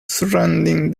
surrounding